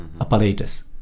apparatus